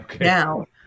now